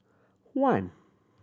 one